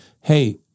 hey